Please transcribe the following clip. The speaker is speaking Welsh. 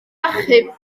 achub